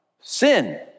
sin